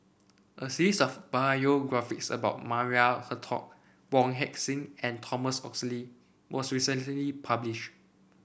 a series of biographies about Maria Hertogh Wong Heck Sing and Thomas Oxley was recently publish